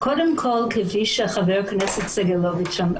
כפי שאמר חבר הכנסת סגלוביץ,